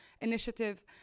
Initiative